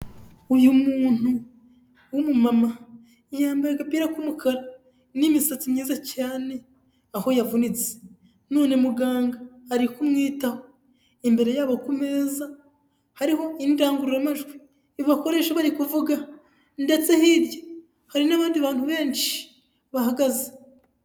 Uyu muntu w'umu mama yambaye agapira n'imisatsi myiza cyane, aho yavunitse none muganga ari kumwitaho imbere yabo ku meza hariho indangururamajwi bakoresha bari kuvuga ndetse hirya hari n'abandi bantu benshi bahagaze.